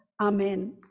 Amen